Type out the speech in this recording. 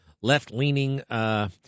left-leaning